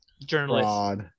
journalist